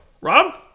rob